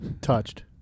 touched